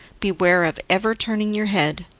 beware of ever turning your head.